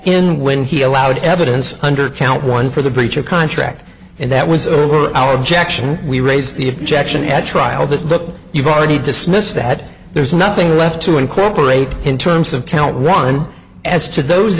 in when he allowed evidence under count one for the breach of contract and that was over our objection we raise the objection at trial that book you've already dismissed ahead there's nothing left to incorporate in terms of count one as to those